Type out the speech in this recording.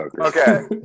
Okay